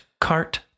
cart